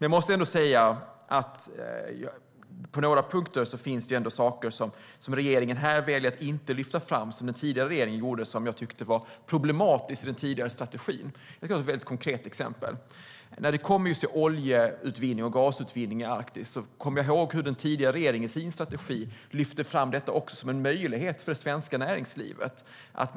Jag måste ändå säga att det på några punkter finns saker som regeringen här väljer att inte lyfta fram, och som den tidigare regeringen lyfte fram och som jag tyckte var problematiskt i den tidigare strategin. Jag ska ta ett mycket konkret exempel. När det handlar om just oljeutvinning och gasutvinning i Arktis kommer jag ihåg hur den tidigare regeringen i sin strategi lyfte fram detta också som en möjlighet för det svenska näringslivet.